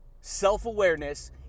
self-awareness